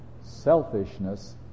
Selfishness